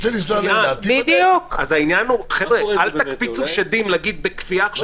אל תקפיצו שדים בכפייה.